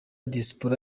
diaspora